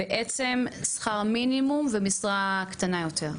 בעצם שכר המינימום ומשרה קטנה יותר.